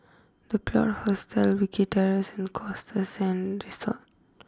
the Plot Hostels Wilkie Terrace and Costa Sands Resort